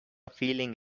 feeling